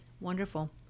Wonderful